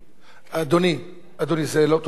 ברשות היושב-ראש.